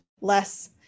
less